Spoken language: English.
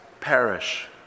perish